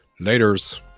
Laters